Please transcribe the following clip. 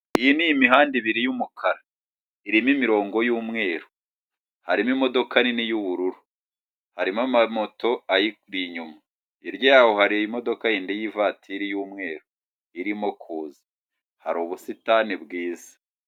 Iyi ni imihanda ibiri y'umukara irimo imirongo y'umweru harimo imodoka nini y'ubururu harimo amamoto ayiri inyuma hirya yaho hari imodoka yindi y'ivatiri y'umweru irimo kuza hari ubusitani bwiza.